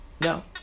No